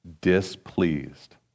displeased